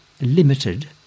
limited